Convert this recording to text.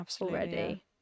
already